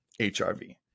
HRV